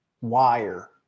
wire